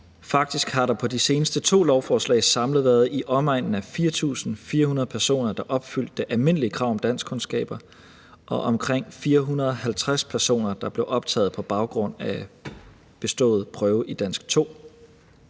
Faktisk har der på de seneste to lovforslag samlet været i omegnen af 4.400 personer, der opfyldte det almindelige krav om danskkundskaber, og omkring 450 personer, der blev optaget på baggrund af bestået prøve i dansk 2.